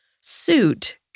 suit